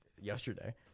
yesterday